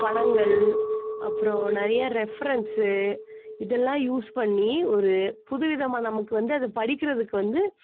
படங்கள் அப்புறம் நிறையா ரெஃபரெண்ஸு இதெல்லாம் யூஸ் பண்ணி ஒரு புது விதமாக நமக்கு வந்து அதை படிக்கிறதுக்கு வந்து